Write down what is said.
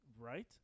Right